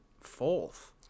fourth